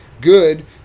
good